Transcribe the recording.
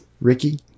Ricky